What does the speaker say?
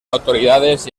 autoridades